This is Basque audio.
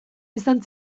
izan